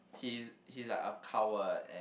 he is he is like a coward and